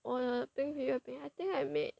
我的冰皮月饼 I think I made